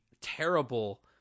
terrible